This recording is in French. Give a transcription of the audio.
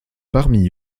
parmi